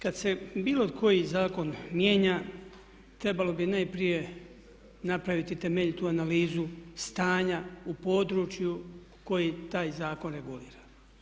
Kad se bilo koji zakon mijenja trebalo bi najprije napraviti temeljitu analizu stanja u području koji taj zakon regulira.